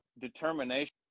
determination